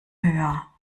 höher